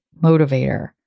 motivator